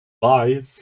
Bye